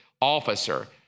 officer